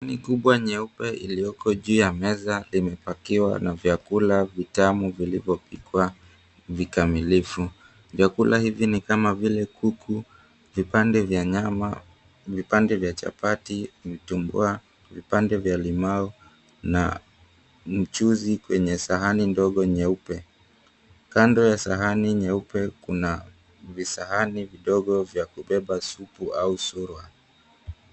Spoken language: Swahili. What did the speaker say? Sahani kubwa nyeupe iliyoko juu ya meza imepakiwa na vyakula vitamu vilivyopikwa vikamilifu. Vyakula hivi ni kama vile kuku, vipande vya nyama, vipande vya chapati, vitumbua, vipande vya limau na mchuzi kwenye sahani ndogo nyeupe. Kando ya sahani nyeupe kuna visahani vidogo vya kubeba supu au surwa.